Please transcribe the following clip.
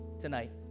tonight